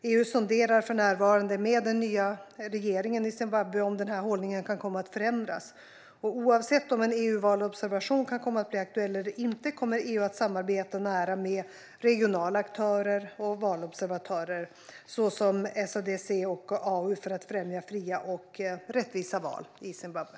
EU sonderar för närvarande med den nya regeringen i Zimbabwe om denna hållning kan komma att förändras. Oavsett om en EU-valobservation kan komma att bli aktuell eller inte kommer EU att samarbeta nära med regionala aktörer och valobservatörer, såsom SADC och AU, för att främja fria och rättvisa val i Zimbabwe.